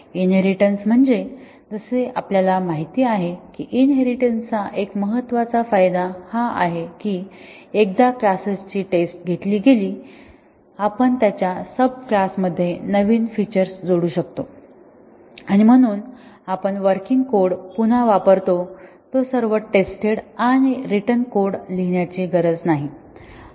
inheritance म्हणजे जसे आपल्याला माहित आहे की इनहेरिटेन्सचा एक महत्त्वाचा फायदा हा आहे की एकदा क्लासची टेस्ट घेतली गेली की आपण त्याच्या सब क्लास मध्ये नवीन फीचर्स जोडू शकतो आणि म्हणून आपण वर्किंग कोड पुन्हा वापरतो तो सर्व टेस्टेड आणि रिटन कोड लिहिण्याची गरज नाही